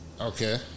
Okay